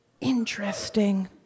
Interesting